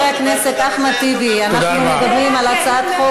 את אומרת לו גם את זה?